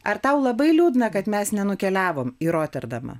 ar tau labai liūdna kad mes nenukeliavom į roterdamą